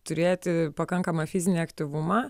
turėti pakankamą fizinį aktyvumą